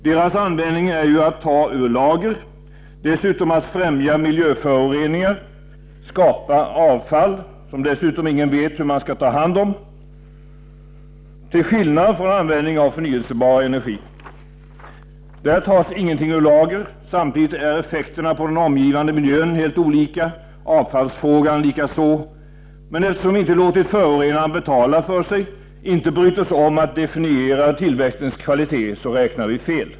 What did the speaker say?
Deras användning är ju att ”ta ur lager”, dessutom att främja miljöföroreningar, skapa avfall, som för övrigt ingen vet hur man skall ta hand om, till skillnad från användning av förnyelsebar energi. Där tas ingenting ur lager. Samtidigt är effekterna på den omgivande miljön helt olika, avfallsfrågan likaså. Men eftersom vi inte låtit förorenaren betala för sig, inte brytt oss om att definiera tillväxtens kvalitet, så räknar vi fel.